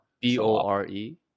B-O-R-E